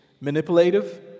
manipulative